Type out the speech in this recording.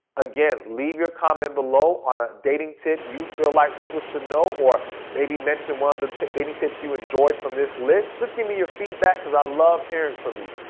again, leave your comment below on a dating tip you feel like people should know or maybe mention one of the dating tips you enjoyed from this list. just give me your feedback because i love hearing from you.